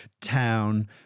town